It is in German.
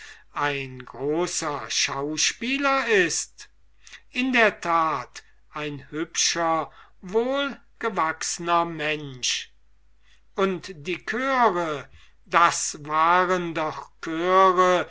ein großer acteur ist in der tat ein hübscher wohlgewachsner mensch und die chöre das waren doch chöre